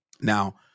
now